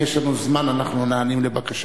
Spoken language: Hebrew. אם יש לנו זמן, אנחנו נענים לבקשתה.